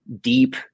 deep